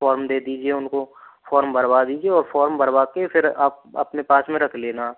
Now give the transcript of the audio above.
form दे दीजिए उनको फॉर्म भरवा दीजिए और फॉर्म भरवा के फिर आप अपने पास में रख लेना